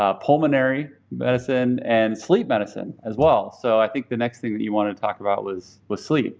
ah pulmonary medicine, and sleep medicine as well. so i think the next thing that you wanted to talk about was was sleep